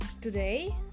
today